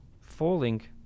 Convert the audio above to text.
falling